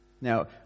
Now